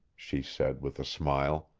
she said with a smile.